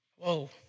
whoa